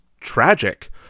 tragic